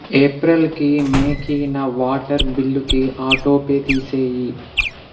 ఏప్రెల్కి మేకి నా వాటర్ బిల్లుకి ఆటోపే తీసేయి